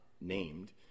named